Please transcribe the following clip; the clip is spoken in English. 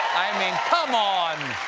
i mean, come on!